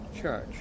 church